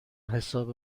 حساب